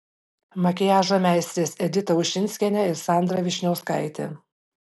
makiažo meistrės edita ušinskienė ir sandra vyšniauskaitė